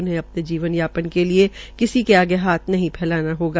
उनहें अपने जीवन यापप के लिये किसी के आगे हाथ नहीं फैलाना होगा